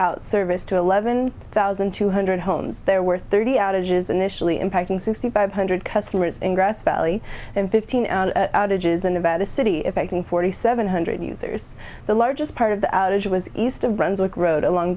out service to eleven thousand two hundred homes there were thirty outages initially impacting sixty five hundred customers ingress valley and fifteen outages and about the city effecting forty seven hundred users the largest part of the outage was east of brunswick road along